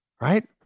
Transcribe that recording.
right